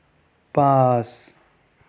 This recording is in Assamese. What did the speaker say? পাঁচ